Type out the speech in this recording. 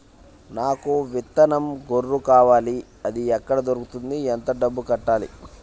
నాకు విత్తనం గొర్రు కావాలి? అది ఎక్కడ దొరుకుతుంది? ఎంత డబ్బులు కట్టాలి?